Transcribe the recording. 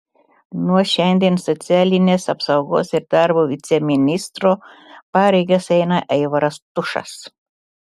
nuo šiandien socialinės apsaugos ir darbo viceministro pareigas eina aivaras tušas